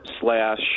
slash